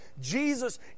jesus